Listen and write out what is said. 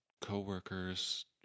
co-workers